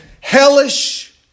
hellish